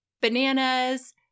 Bananas